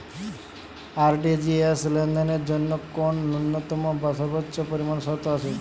RTGS লেনদেনের জন্য কোন ন্যূনতম বা সর্বোচ্চ পরিমাণ শর্ত আছে?